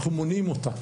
אנחנו מונעים אותה.